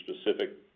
specific